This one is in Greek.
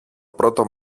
πρώτο